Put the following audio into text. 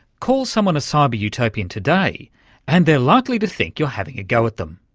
call someone a cyber utopian today and they're likely to think you're having a go at them.